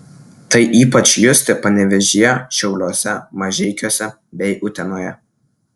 tai ypač justi panevėžyje šiauliuose mažeikiuose bei utenoje